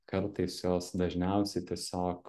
kartais jos dažniausiai tiesiog